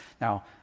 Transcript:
Now